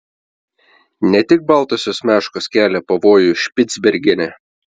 ne tik baltosios meškos kelia pavojų špicbergene